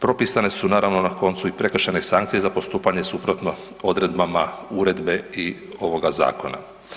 Propisane su naravno na koncu i prekršajne sankcije za postupanje suprotno odredbama uredbe i ovoga zakona.